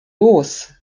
los